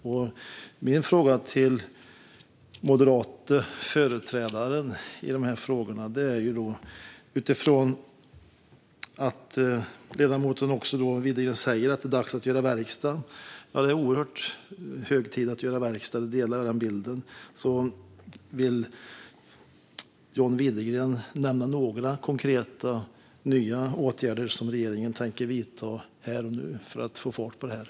Jag har en fråga till Moderaternas företrädare i dessa frågor. Ledamoten Widegren säger att det är dags för verkstad, och jag håller med om att det är oerhört hög tid för det. Vill John Widegren nämna några konkreta nya åtgärder som regeringen tänker vidta här och nu för att få fart på detta?